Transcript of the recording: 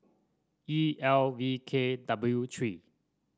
E L V K W three